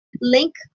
Link